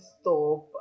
stop